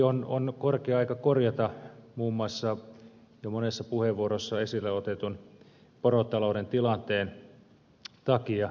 on korkea aika korjata riistavahinkolaki muun muassa jo monessa puheenvuorossa esille otetun porotalouden tilanteen takia